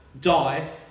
die